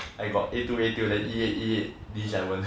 I got A two A two E eight E eight then D seven